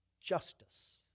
justice